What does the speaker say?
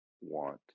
want